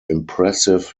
impressive